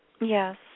Yes